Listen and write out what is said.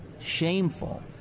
shameful